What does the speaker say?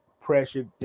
pressure